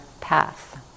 path